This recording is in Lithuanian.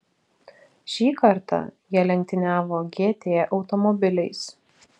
šį kartą jie lenktyniavo gt automobiliais